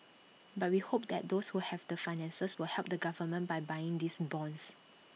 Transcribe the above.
but we hope that those who have the finances will help the government by buying these bonds